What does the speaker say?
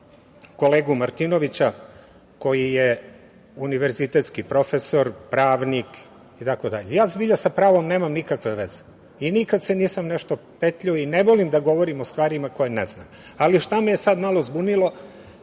kolegu Martinovića koji je univerzitetski profesor, pravnik itd. Ja sa pravom nemam nikakve veze i nikada se nisam nešto petljao, ne volim da govorim o stvarima koje ne znam. Šta me je sada malo zbunilo